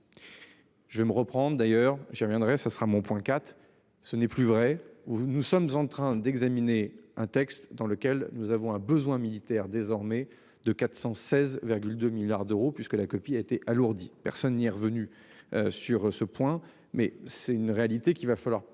Je vais me reprendre d'ailleurs j'y reviendrai ça sera mon point 4. Ce n'est plus vrai où nous sommes en train d'examiner un texte dans lequel nous avons un besoin militaire désormais de 416,2 milliards d'euros puisque la copie a été alourdie, personne n'y est revenu sur ce point mais c'est une réalité qu'il va falloir peut